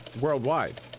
worldwide